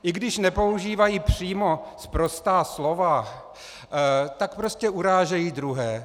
I když nepoužívají přímo sprostá slova, tak prostě urážejí druhé.